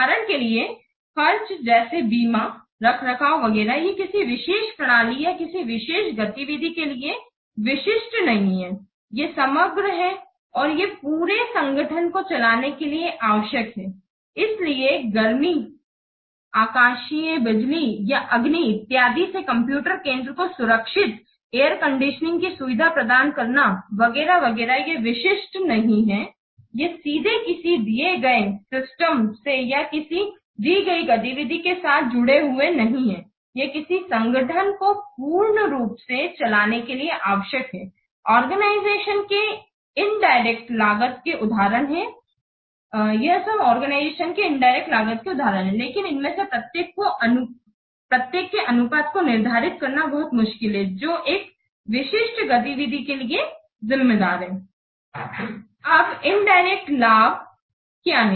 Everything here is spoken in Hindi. उदाहरण के लिए खर्च जैसे बीमा रखरखाव वगैरह ये किसी विशेष प्रणाली या किसी विशेष गतिविधि के लिए विशिष्ट नहीं हैं ये समग्र हैंऔर ये पुरे संगठन को चलाने के लिए आवश्यक हैं इसलिए गर्मी आकाशिए बिजली और अग्नि इत्यादि से कंप्यूटर केंद्र की सुरक्षा एयर कंडीशनिंग की सुविधा प्रदान करना वगैरह वगैरह ये विशिष्ट नहीं हैं ये सीधे किसी दिए गए सिस्टम से या किसी दी गई गतिविधि के साथ जुड़े हुए नहीं हैं यह किसी संगठन को पूर्ण रूप से चलाने के लिए आवश्यक है आर्गेनाइजेशन के इनडायरेक्ट लागत के उदाहरण हैं लेकिन इनमें से प्रत्येक के अनुपात को निर्धारित करना बहुत मुश्किल है जो एक विशिष्ट गतिविधि के लिए जिम्मेदार है अब इनडायरेक्ट लाभ क्या है